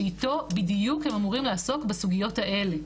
שאיתו בדיוק הם אמורים לעסוק בסוגיות האלה.